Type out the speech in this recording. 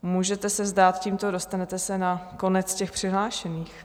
Můžete se vzdát, ale tímto se dostanete na konec těch přihlášených.